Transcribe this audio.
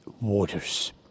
Waters